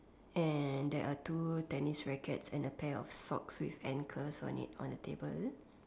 and there are two tennis rackets and a pair of socks with anchors on it on the table